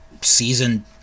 season